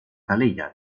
calella